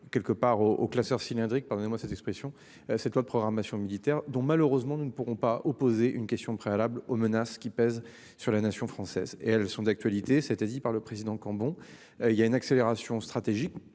Quelque part au au classeur cylindrique pardonnez-moi cette expression. Cette loi de programmation militaire dont malheureusement nous ne pourrons pas opposer une question préalable aux menaces qui pèsent sur la nation française et elles sont d'actualité. Ça a été dit par le président Cambon. Il y a une accélération stratégique